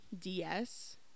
DS